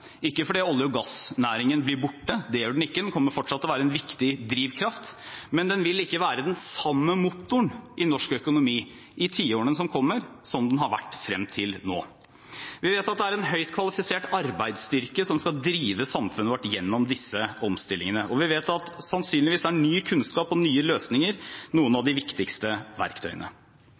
ikke fordi olje- og gassnæringen blir borte, det blir den ikke; den kommer fortsatt til å være en viktig drivkraft, men den vil ikke være den samme motoren i norsk økonomi i tiårene som kommer, som den har vært frem til nå. Vi vet at det er en høyt kvalifisert arbeidsstyrke som skal drive samfunnet vårt gjennom disse omstillingene, og vi vet at sannsynligvis er ny kunnskap og nye løsninger noen av de viktigste verktøyene.